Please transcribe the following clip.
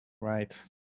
Right